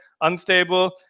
unstable